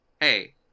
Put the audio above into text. hey